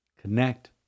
connect